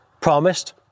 promised